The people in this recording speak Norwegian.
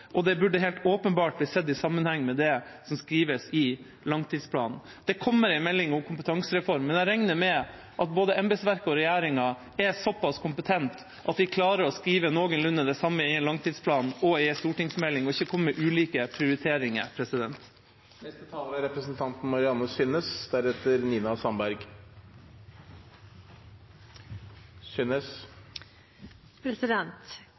og det burde helt åpenbart ha blitt sett i sammenheng med det som skrives i langtidsplanen. Det kommer en melding om kompetansereformen, men jeg regner med at både embetsverket og regjeringa er såpass kompetente at de klarer å skrive noenlunde det samme i en langtidsplan og i en stortingsmelding, og ikke komme med ulike prioriteringer. Komiteen er enig om at utdanning og formidling er